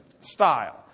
style